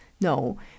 no